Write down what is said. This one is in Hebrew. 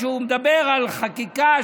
שהוא מדבר על חקיקה,